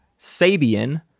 Sabian